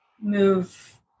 move